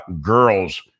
girls